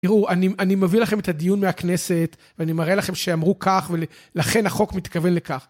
תראו אני אני מביא לכם את הדיון מהכנסת ואני מראה לכם שאמרו כך ולכן החוק מתכוון לכך